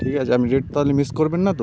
ঠিক আছে আমি তাহলে মিস করবেন না তো